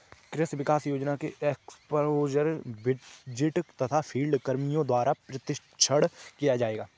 कृषि विकास योजना में एक्स्पोज़र विजिट तथा फील्ड कर्मियों द्वारा प्रशिक्षण किया जाएगा